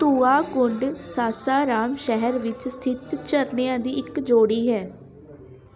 ਧੂਆ ਕੁੰਡ ਸਾਸਾਰਾਮ ਸ਼ਹਿਰ ਵਿੱਚ ਸਥਿਤ ਝਰਨਿਆਂ ਦੀ ਇੱਕ ਜੋੜੀ ਹੈ